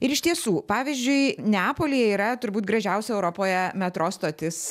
ir iš tiesų pavyzdžiui neapolyje yra turbūt gražiausia europoje metro stotis